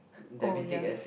oh ya